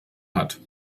hat